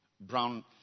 Brown